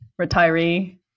retiree